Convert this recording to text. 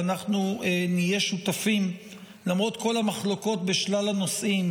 ואנחנו נהיה שותפים למרות כל המחלוקות בשלל הנושאים.